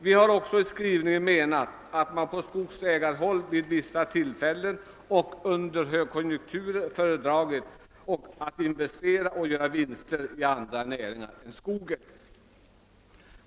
Vi har också i vår skrivning anfört att man på skogsägarhåll vid vissa tillfällen under högkonjunkturer föredragit att göra investeringar i och hämta vinster från andra näringar än skogen.